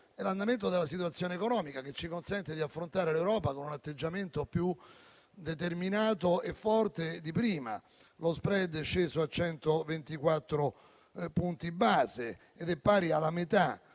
l'andamento della situazione economica che ci consente di affrontare l'Europa con un atteggiamento più determinato e forte di prima. Lo *spread* è sceso a 124 punti base ed è pari alla metà